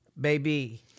baby